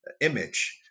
image